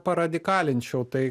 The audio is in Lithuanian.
paradikalinčiau tai